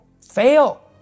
Fail